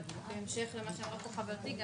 אבל בהמשך למה שאמרה פה חברתי,